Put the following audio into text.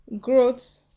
growth